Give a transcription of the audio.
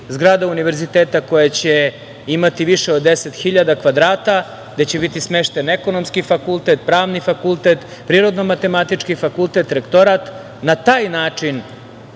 zgrada univerziteta koja će imati više od 10.000 kvadrata, gde će biti smešten Ekonomski fakultet, Pravni fakultet, Prirodno-matematički fakultet, rektorat. Na taj način